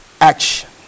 action